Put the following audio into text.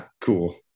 cool